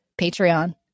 Patreon